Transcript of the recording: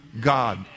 God